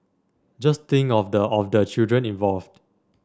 just think of the of the children involved